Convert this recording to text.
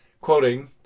quoting